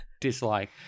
dislike